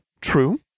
True